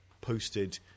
posted